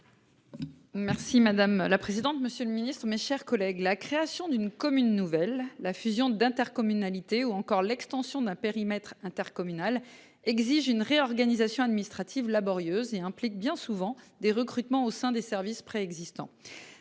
Merci madame la présidente. Monsieur le Ministre, mes chers collègues, la création d'une commune nouvelle la fusion d'intercommunalité ou encore l'extension d'un périmètre intercommunal exige une réorganisation administrative laborieuses et impliquent bien souvent des recrutements au sein des services préexistants.